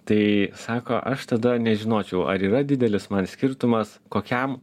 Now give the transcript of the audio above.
tai sako aš tada nežinočiau ar yra didelis man skirtumas kokiam